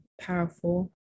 powerful